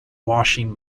washing